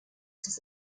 das